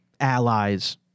allies